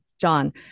John